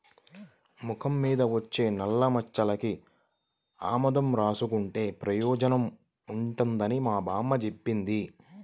మొఖం మీద వచ్చే నల్లమచ్చలకి ఆముదం రాసుకుంటే పెయోజనం ఉంటదని మా బామ్మ జెప్పింది